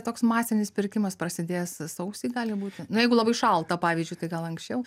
toks masinis pirkimas prasidės sausį gali būti nu jeigu labai šalta pavyzdžiui tai gal anksčiau